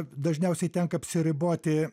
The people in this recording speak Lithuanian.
dažniausiai tenka apsiriboti